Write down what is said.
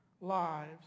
lives